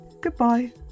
Goodbye